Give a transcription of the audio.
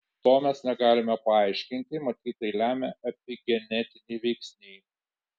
to mes negalime paaiškinti matyt tai lemia epigenetiniai veiksniai